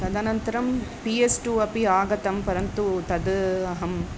तदनन्तरं टियेस्टु अपि आगतं परन्तु तद् अहम्